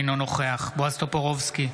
אינו נוכח בועז טופורובסקי,